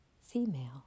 female